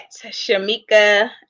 Shamika